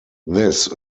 this